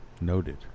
Noted